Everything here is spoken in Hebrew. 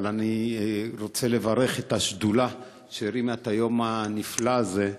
אבל אני רוצה לברך את השדולה שהרימה את היום הנפלא הזה,